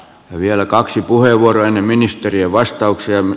vielä kaksi puheenvuoroa ennen ministerien vastauksia